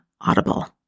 Audible